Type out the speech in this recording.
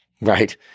right